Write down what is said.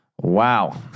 Wow